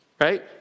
Right